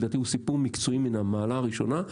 לדעתי הוא סיפור מקצועי מן המעלה הראשונה,